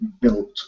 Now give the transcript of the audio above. built